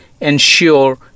ensure